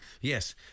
Yes